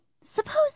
suppose